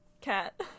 cat